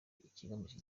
ikigamijwe